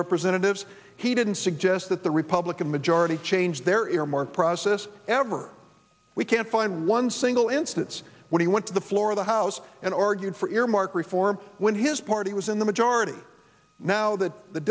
representatives he didn't suggest that the republican majority changed their earmark process ever we can't find one single instance when he went to the floor of the house and argued for earmark reform when his party was in the majority now that the